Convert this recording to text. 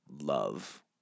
love